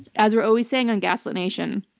as we're always saying on gaslit nation,